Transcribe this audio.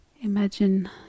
imagine